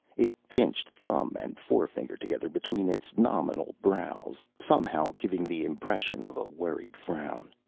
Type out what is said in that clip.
it pinched thumb and forefinger together between its nominal brows, somehow giving the impression of a worried frown.